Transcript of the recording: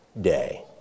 day